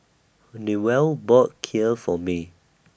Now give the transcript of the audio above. Newell bought Kheer For May